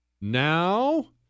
Now